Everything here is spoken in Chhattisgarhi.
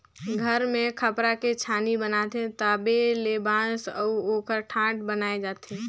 घर मे खपरा के छानी बनाथे तबो ले बांस अउ ओकर ठाठ बनाये जाथे